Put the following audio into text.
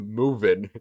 moving